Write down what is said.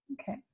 Okay